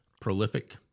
prolific